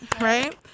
right